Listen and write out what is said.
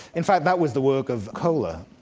in fact that was the work of koehler,